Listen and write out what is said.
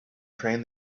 train